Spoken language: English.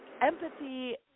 empathy